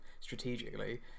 strategically